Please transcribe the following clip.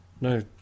no